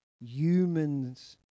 humans